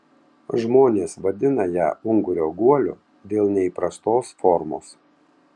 žmonės vadina ją ungurio guoliu dėl neįprastos formos